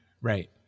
right